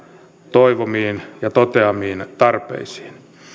toivomiin ja toteamiin tarpeisiin